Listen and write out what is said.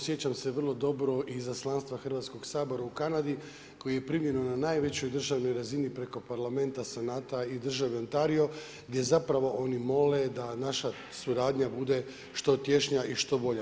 Sjećam se vrlo dobro izaslanstva Hrvatskog sabora u Kanadi koji je primljeno na najvećoj državnoj razini preko Parlamenta, Senata i države Ontario gdje zapravo oni mole da naša suradnja bude što tješnija i što bolja.